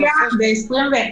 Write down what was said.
תמשיך, בבקשה.